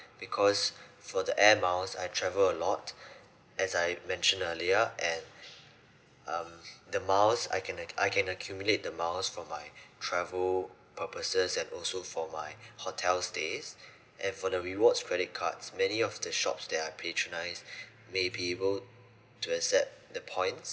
because for the air miles I travel a lot as I mentioned earlier and um the miles I can ac~ I can accumulate the miles for my travel purposes and also for my hotel stays and for the rewards credit cards many of the shops that I patronise may be able to accept the points